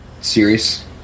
Serious